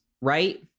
right